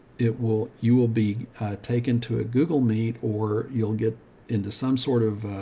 it will, you will be taken to a google meet, or you'll get into some sort of